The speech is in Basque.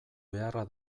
beharra